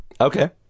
Okay